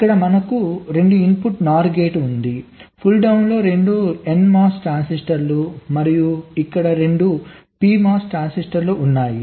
ఇక్కడ మనకు 2 input NOR gate ఉంది పుల్ డౌన్ లో 2 NMOS ట్రాన్సిస్టర్లు మరియు ఇక్కడ 2 PMOS ట్రాన్సిస్టర్లు ఉన్నాయి